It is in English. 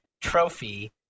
trophy